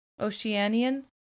Oceanian